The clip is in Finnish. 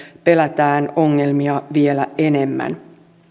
pelätään ongelmia vielä enemmän